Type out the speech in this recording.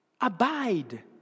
Abide